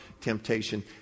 temptation